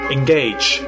Engage